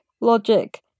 logic